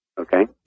Okay